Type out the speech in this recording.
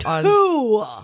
Two